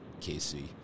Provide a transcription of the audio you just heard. KC